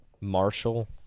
Marshall